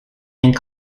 and